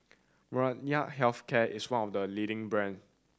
Molnylcke Health Care is one of the leading brands